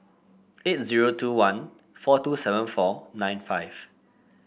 eight zero two one four two seven four nine five